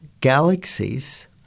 galaxies